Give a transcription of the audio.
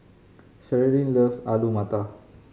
Cherilyn loves Alu Matar